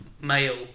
Male